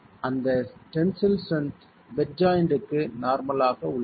எனவே அந்த tensile strength bed joint க்கு நார்மல் ஆக உள்ளது